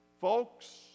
folks